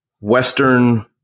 Western